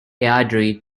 airdrie